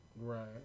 Right